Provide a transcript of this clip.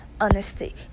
honesty